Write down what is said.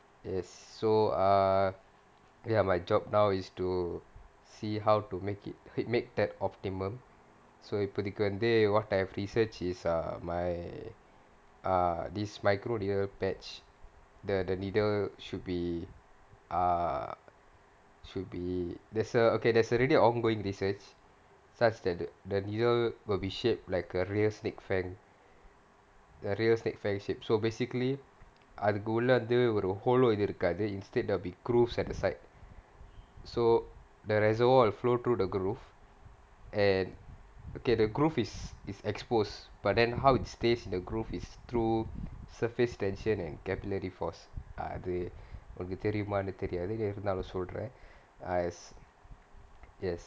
yes so uh ya my job now is to see how to make it ma~ make that optimum so இப்பதைக்கு வந்து:ippathaikku vanthu what I've researched is err my err this micro needle patch th~ the needle should be uh should be there's a okay there's already a ongoing research such that the needle will be shaped like a real snake fan real snake fan shape so basically அதுக்கு உள்ள வந்து ஒரு:athukku ulla vanthu oru hollow இது இருக்காது:ithu irukkaathu instead there will be grooves at the side so the reservoir will flow through the groove an~ okay the groove is is exposed but then how it stays in the groove is through surface tension and capillary force uh அது உனக்கு தெரியுமான்னு தெரியாது இருந்தாலும் சொல்றேன்:athu unakku theriyumaanu theriyaathu irunthaalum solraen yes